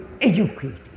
educated